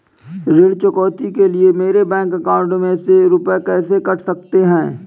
ऋण चुकौती के लिए मेरे बैंक अकाउंट में से रुपए कैसे कट सकते हैं?